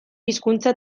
hizkuntza